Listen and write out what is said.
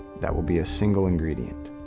that will be a single ingredient.